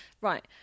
Right